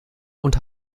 und